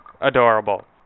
adorable